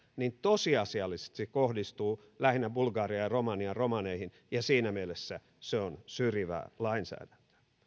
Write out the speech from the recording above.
niin tosiasiallisesti se kohdistuu lähinnä bulgarian ja romanian romaneihin ja siinä mielessä se on syrjivä lainsäädäntö